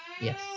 Yes